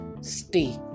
stay